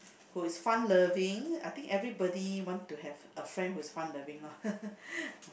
who is fun loving I think everybody want to have a friend who is fun loving loh